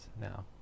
now